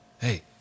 Hey